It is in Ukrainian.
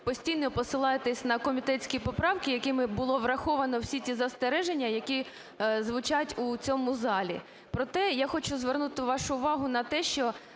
постійно посилаєтесь на комітетські поправки, якими було враховано всі ці застереження, які звучать у цьому залі. Проте я хочу звернути вашу увагу на те, що,